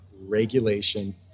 regulation